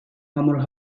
hamuru